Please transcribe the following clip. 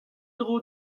dro